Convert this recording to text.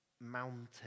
mountain